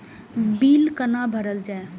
Bill कैना भरल जाय?